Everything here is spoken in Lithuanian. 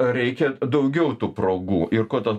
reikia daugiau tų progų ir kuo ta